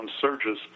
surges